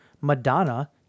Madonna